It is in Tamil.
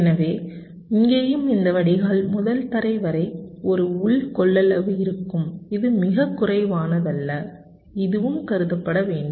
எனவே இங்கேயும் இந்த வடிகால் முதல் தரை வரை ஒரு உள் கொள்ளளவு இருக்கும் இதுவும் மிகக் குறைவானதல்ல இதுவும் கருதப்பட வேண்டும்